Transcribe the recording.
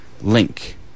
link